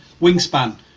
wingspan